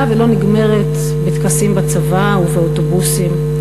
ולא נגמרת בטקסים בצבא או באוטובוסים.